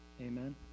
Amen